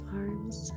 arms